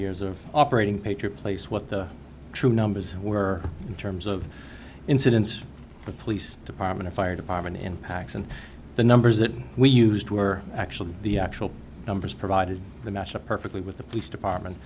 years of operating place what the true numbers were in terms of incidence of police department fire department in packs and the numbers that we used were actually the actual numbers provided the match up perfectly with the police department